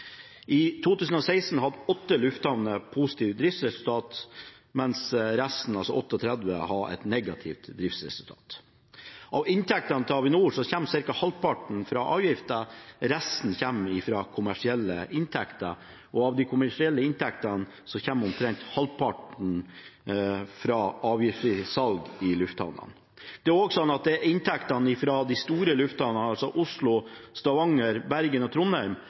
I 2016 hadde åtte lufthavner et positivt driftsresultat, mens resten, altså 38 lufthavner, hadde et negativt driftsresultat. Av inntektene til Avinor kommer ca. halvparten fra avgifter. Resten kommer fra kommersielle inntekter, hvorav om lag halvparten fra avgiftsfritt salg i lufthavnene. Inntektene fra de store lufthavnene, Oslo, Stavanger, Bergen og Trondheim,